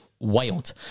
Wild